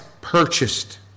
purchased